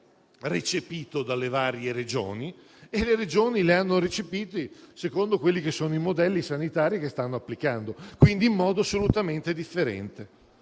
recepito dalle varie Regioni. Le Regioni lo hanno recepito secondo i modelli sanitari che stanno applicando, quindi in modo assolutamente differente.